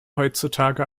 heutzutage